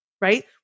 Right